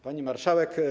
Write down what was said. Pani Marszałek!